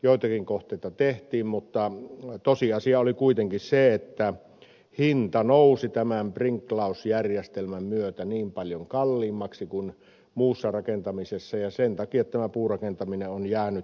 joitakin kohteita tehtiin mutta tosiasia oli kuitenkin se että hinta nousi tämän sprinklausjärjestelmän myötä niin paljon kalliimmaksi kuin muussa rakentamisessa ja sen takia tämä puurakentaminen on jäänyt